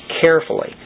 carefully